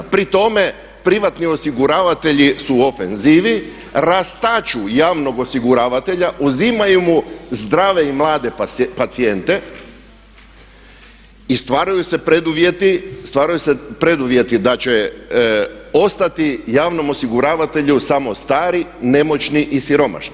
Pri tome privatni osiguravatelji su u ofenzivni, rastaču javnog osiguravatelja, uzimaju mu zdrave i mlade pacijente i stvaraju se preduvjeti da će ostati javnom osiguravatelju samo stari nemoćni i siromašni.